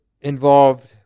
involved